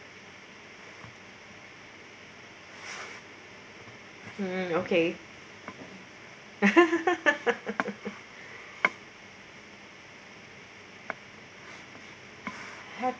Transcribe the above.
mm okay